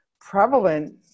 prevalent